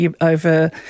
over